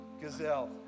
Gazelle